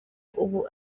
ubu